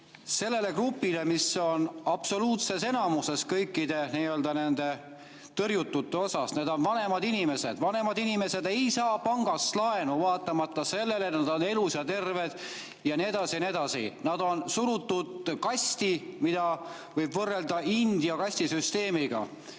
sellele grupile, mis on absoluutses enamuses kõikide nende nii‑öelda tõrjutute seas? Need on vanemad inimesed. Vanemad inimesed ei saa pangast laenu, vaatamata sellele et nad on elus ja terved, ja nii edasi. Nad on surutud kasti, seda võib võrrelda India kastisüsteemiga.